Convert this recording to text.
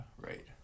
right